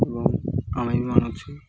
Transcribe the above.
ଏବଂ ଆମେ ବି ମାନୁଛୁ